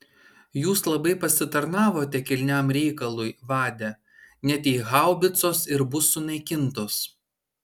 jūs labai pasitarnavote kilniam reikalui vade net jei haubicos ir bus sunaikintos